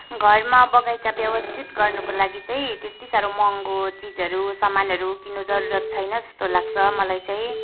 घरमा बगैँचा व्यवस्थित गर्नुको लागि चाहिँ त्यति साह्रो महँगो चिजहरू सामानहरू किन्नु जरुरत छैन जस्तो लाग्छ मलाई चाहिँ